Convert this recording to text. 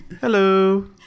Hello